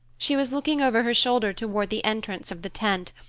she was looking over her shoulder toward the entrance of the tent,